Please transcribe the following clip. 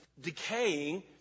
decaying